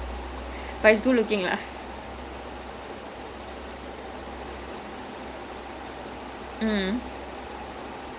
I I mean okay lah to be fair I only watched two of his movies one was batman versus superman and the other one was mission impossible